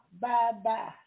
bye-bye